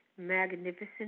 magnificent